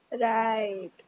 Right